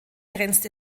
grenzt